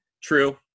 True